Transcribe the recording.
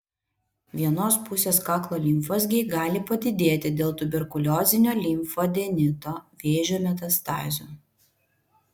vienos pusės kaklo limfmazgiai gali padidėti dėl tuberkuliozinio limfadenito vėžio metastazių